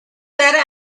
better